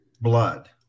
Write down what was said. blood